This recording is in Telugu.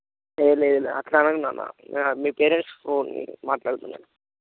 లేదు లేదులే అట్లా అనకు నాన్న మీ పేరెంట్స్కి ఫోన్ ఇవ్వు మాట్లాడతాను నేను